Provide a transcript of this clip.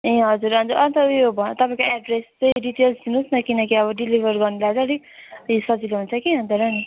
ए हजुर हजुर अन्त उयो तपाईँको एड्रेस चाहिँ डिटेल्स दिनुहोस् न किनकि अब डेलिभर भन्दा अगाडि सजिलो हुन्छ कि अन्त र नि